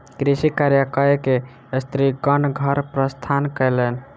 कृषि कार्य कय के स्त्रीगण घर प्रस्थान कयलैन